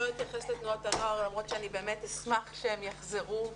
אני לא אתייחס לתנועות הנוער למרות שאני באמת אשמח שהם יחזרו לפעילות.